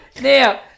now